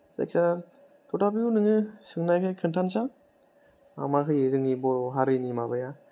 जायखि जाया तथापिय' नोङो सोंनायखाय खोन्थानोसै आं मा मा होयो जोंनि बर' हारिनि माबाया